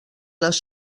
les